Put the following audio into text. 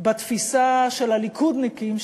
בתפיסה של הליכודניקים,